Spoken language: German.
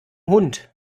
hund